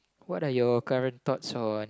what are your current thoughts on